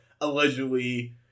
allegedly